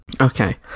Okay